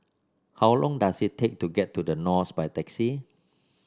how long does it take to get to The Knolls by taxi